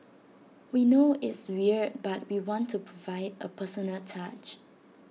we know it's weird but we want to provide A personal touch